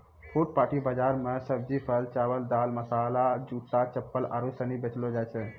फुटपाटी बाजार मे सब्जी, फल, चावल, दाल, मसाला, जूता, चप्पल आरु सनी बेचलो जाय छै